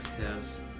yes